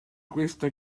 questa